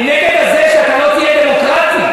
אני נגד זה שלא תהיה דמוקרטי,